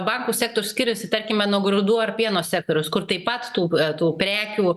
bankų sektorius skiriasi tarkime nuo grūdų ar pieno sektoriaus kur taip pat tų tų prekių